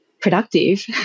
productive